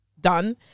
done